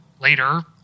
later